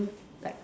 like